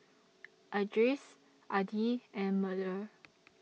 Idris Adi and Melur